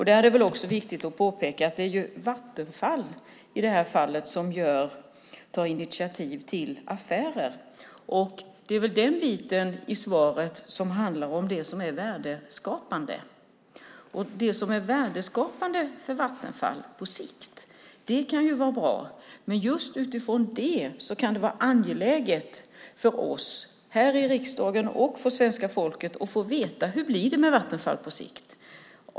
Det är också viktigt att påpeka att det är Vattenfall som tar initiativ till affärer. Det är väl den biten i svaret som handlar om det som är värdeskapande. Det som är värdeskapande för Vattenfall på sikt kan vara bra, men just utifrån det kan det vara angeläget för oss här i riksdagen och för svenska folket att få veta hur det blir med Vattenfall på sikt.